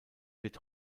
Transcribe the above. wird